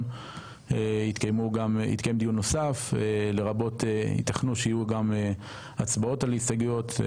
יתקיים דיון נוסף לרבות היתכנות שיהיו גם הצבעות על ההסתייגויות.